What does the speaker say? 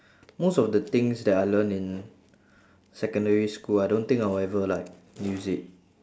most of the things that I learn in secondary school I don't think I will ever like use it